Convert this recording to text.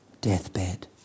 deathbed